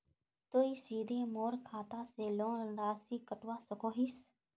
तुई सीधे मोर खाता से लोन राशि कटवा सकोहो हिस?